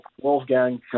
Wolfgang